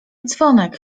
dzwonek